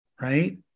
right